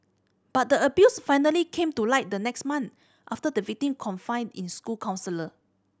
but the abuse finally came to light the next month after the victim confided in school counsellor